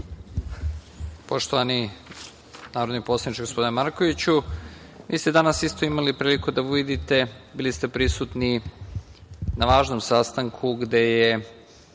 Poštovani narodni poslaniče gospodine Markoviću, vi ste danas isto imali priliku da vidite, bili ste prisutni na važnom sastanku gde je